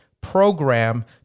program